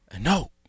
no